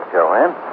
Joanne